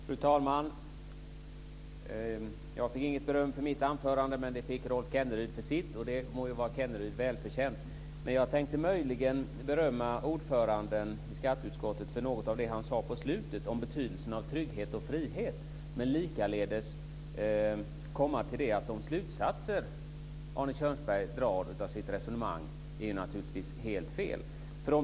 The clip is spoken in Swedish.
Fru talman! Jag fick inget beröm för mitt anförande, men det fick Rolf Kenneryd för sitt. Det må vara Kenneryd välförtjänt. Jag tänkte möjligen berömma ordföranden i skatteutskottet för något av det han sade på slutet om betydelsen av trygghet och frihet. Men de slutsatser Arne Kjörnsberg drar av sitt resonemang är helt fel.